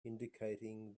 indicating